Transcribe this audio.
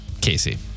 Casey